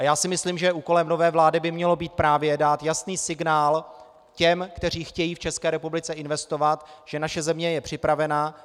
Já si myslím, že úkolem nové vlády by mělo být právě dát jasný signál těm, kteří chtějí v České republice investovat, že naše země je připravena.